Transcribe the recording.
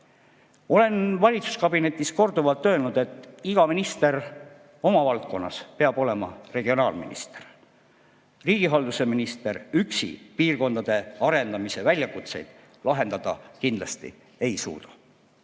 Olen valitsuskabinetis korduvalt öelnud, et iga minister oma valdkonnas peab olema regionaalminister. Riigihalduse minister üksi piirkondade arendamise probleeme lahendada kindlasti ei suuda.